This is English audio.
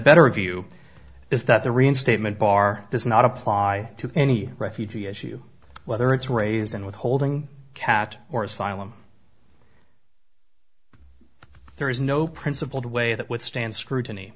better view is that the reinstatement bar does not apply to any refugee issue whether it's raised in withholding kat or asylum there is no principled way that withstand scrutiny